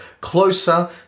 closer